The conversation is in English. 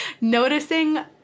noticing